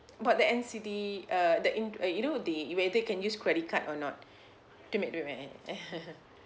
but the N_C_D uh the in uh you know the whether can use credit card or not to make the